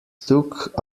took